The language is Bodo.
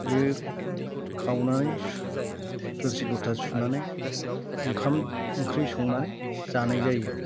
बे खावनानै थोरसि लथा सुनानै ओंखाम ओंख्रि संनानै जानाय जायो